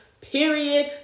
period